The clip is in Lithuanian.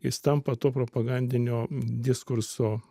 jis tampa to propagandinio diskurso